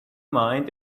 mind